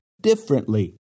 differently